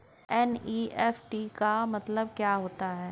NEFT का मतलब क्या होता है?